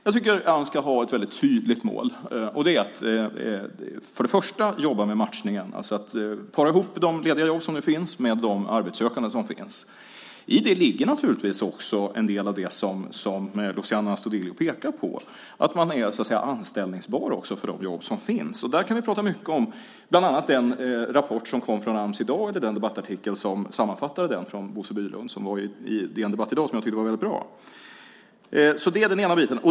Jag tycker att Ams ska ha ett väldigt tydligt mål, och det är att jobba med matchningen, alltså att para ihop de lediga jobb som nu finns med de arbetssökande som finns. I det ligger naturligtvis också en del av det som Luciano Astudillo pekar på, nämligen att man är anställningsbar för de jobb som finns. Där kan vi prata mycket om bland annat en rapport som kom från Ams i dag. Det var en debattartikel av Bosse Bylund på DN Debatt i dag som sammanfattade den. Jag tyckte att den var väldigt bra. Det är den ena biten.